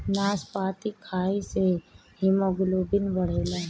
नाशपाती खाए से हिमोग्लोबिन बढ़ेला